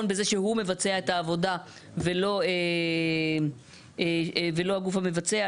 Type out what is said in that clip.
בזה שהוא מבצע את העבודה ולא הגוף המבצע,